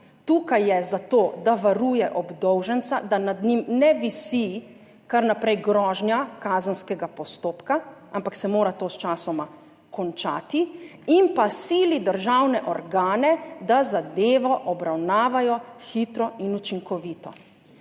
Tukaj je zato, da varuje obdolženca, da nad njim ne visi kar naprej grožnja kazenskega postopka, ampak se mora to sčasoma končati, in pa sili državne organe, da zadevo obravnavajo hitro in učinkovito.